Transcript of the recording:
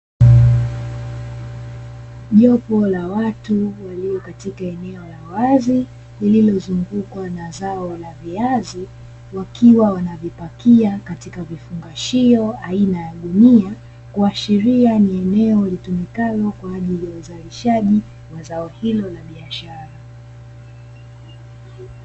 Jopo la watu walio katika eneo la wazi, lililozungukwa na zao la viazi, wakiwa wanalipakia katika vifungashio aina ya gunia, kuashiria ni eneo litumikalo kwa ajili ya uzalishaji wa zao hilo la biashara.